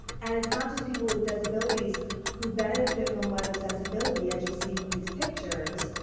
and it's not just people with disabilities who benefit from web accessibility as you see from these pictures.